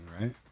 right